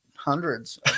hundreds